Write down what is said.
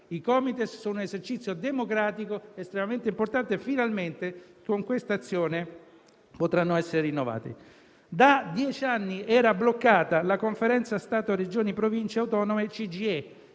I Comites sono un esercizio democratico estremamente importante e finalmente con quest'azione potranno essere rinnovati. Da dieci anni era bloccata la Conferenza permanente Stato-Regioni-Provincie autonome-CGIE,